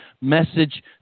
message